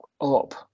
up